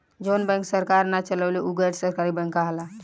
जवन बैंक सरकार ना चलावे उ गैर सरकारी बैंक कहाला